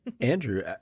Andrew